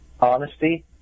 honesty